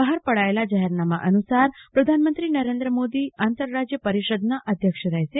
બહાર પાડેલા જાહેરનામા અનુસાર પ્રધાનમંત્રી નરેન્દ્ર મોદી આંતરરાજય પરીષદના અધ્યક્ષ રહેશે